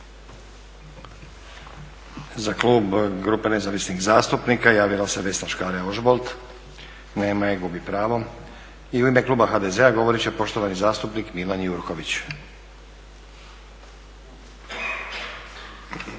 Za klub grupe Nezavisnih zastupnika javila se Vesna Škare-Ožbolt. Nema je, gubi pravo. I u ime kluba HDZ-a govorit će poštovani zastupnik Milan Jurković.